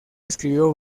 escribió